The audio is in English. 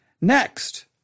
Next